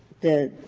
the